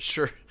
Sure